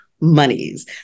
monies